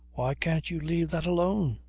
why can't you leave that alone?